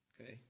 Okay